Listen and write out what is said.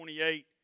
28